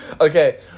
Okay